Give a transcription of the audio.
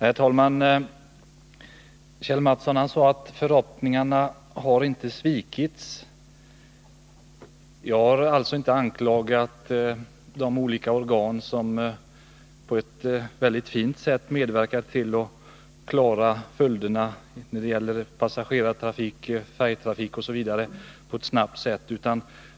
Herr talman! Kjell Mattsson sade att förhoppningarna inte har svikits. Jag har inte anklagat de olika organ som på ett väldigt fint och snabbt sätt medverkat till att klara följderna av broraset när det gällt passagerartrafik, färjetrafik osv.